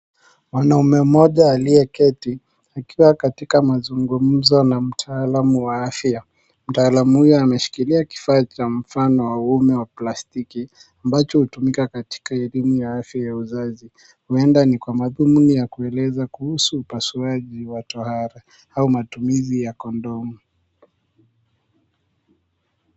Mwanaume mmoja aliyeketi akiwa katika mazungumzo na mtaalamu wa afya. Mtaalamu huyo ameshikilia kifaa cha mfano wa uume wa plastiki ambacho hutumika katika idhini ya afya ya uzazi. Huenda ni kwa madhumuni ya kueleza kuhusu upasuaji wa tohara au matumizi ya kondomu.